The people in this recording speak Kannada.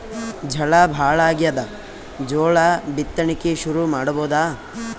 ಝಳಾ ಭಾಳಾಗ್ಯಾದ, ಜೋಳ ಬಿತ್ತಣಿಕಿ ಶುರು ಮಾಡಬೋದ?